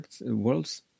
worlds